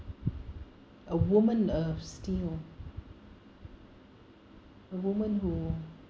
a woman of steel a woman who